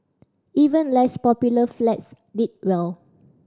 even less popular flats did well